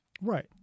Right